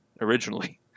originally